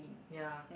ya